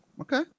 Okay